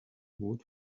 would